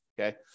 okay